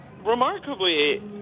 remarkably